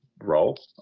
role